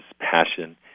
passion